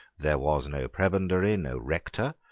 there was no prebendary, no rector,